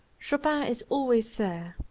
chopin is always there.